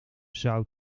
zout